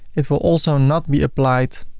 it will also not be applied,